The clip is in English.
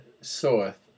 soweth